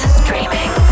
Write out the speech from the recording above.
streaming